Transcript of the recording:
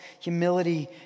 humility